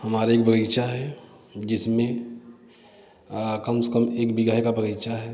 हमारे एक बगीचा है जिसमें कम से कम एक बीघा का बगीचा है